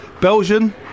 Belgian